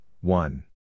one